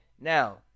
Now